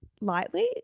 lightly